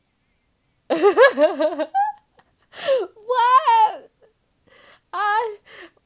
what